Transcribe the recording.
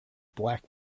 black